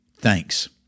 thanks